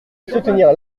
soutenir